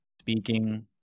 Speaking